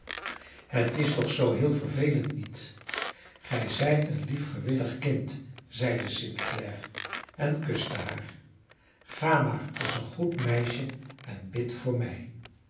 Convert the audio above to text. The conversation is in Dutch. het is toch zoo heel vervelend niet ge zijt een lief gewillig kind zeide st clare en kuste haar ga maar als een goed meisje en bid voor mij